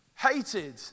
Hated